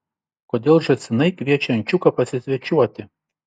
kodėl žąsinai kviečia ančiuką pasisvečiuoti